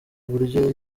uburyo